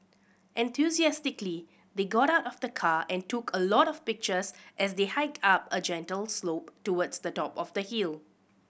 enthusiastically they got out of the car and took a lot of pictures as they hiked up a gentle slope towards the top of the hill